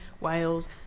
Wales